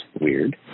weird